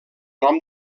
nom